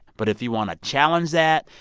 but if you want to challenge that,